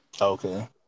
Okay